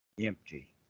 empty